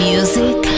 Music